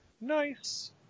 Nice